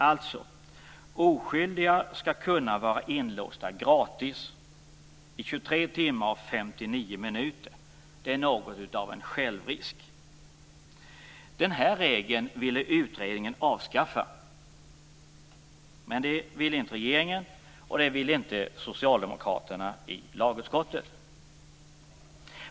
Oskyldiga skall alltså kunna vara inlåsta "gratis" i 23 timmar och 59 minuter. Det är något av en självrisk. Utredningen ville avskaffa den här regeln, men det ville inte regeringen och inte socialdemokraterna i lagutskottet.